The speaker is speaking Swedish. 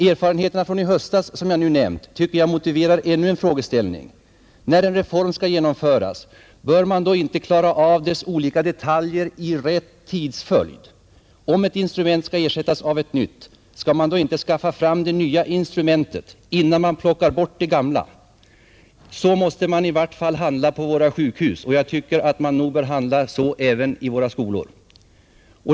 Erfarenheterna från i höstas tycker jag motiverar ännu en fråga: När en reform skall genomföras, bör man då inte klara av dess olika detaljer i rätt tidsföljd? Om ett instrument skall ersättas av ett nytt, skall man då inte skaffa fram det nya instrumentet innan man plockar bort det gamla? Så måste man i vart fall handla på våra sjukhus. Och så tycker jag nog att man bör handla även i våra skolor.